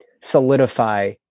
solidify